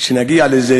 שנגיע לזה,